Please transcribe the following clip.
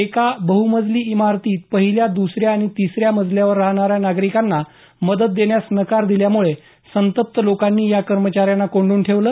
एका बहुमजली इमारतीत पहिल्या दुसऱ्या आणि तिसऱ्या मजल्यावर राहणाऱ्या नागरिकांना मदत देण्यास नकार दिल्यामुळे संतप्त लोकांनी या कर्मचाऱ्यांना कोंडून ठेवले